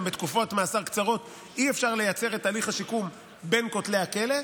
בתקופות מאסר קצרות גם אי-אפשר לייצר את תהליך השיקום בין כותלי הכלא.